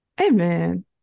Amen